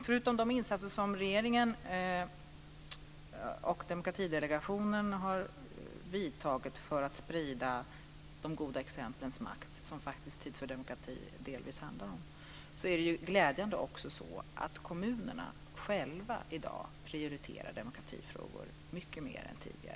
Förutom de insatser som regeringen och Demokratidelegationen har gjort för att sprida de goda exemplens makt - som faktiskt Tid för demokrati delvis handlar om - prioriterar kommunerna själva i dag, glädjande nog, demokratifrågor mycket mer än tidigare.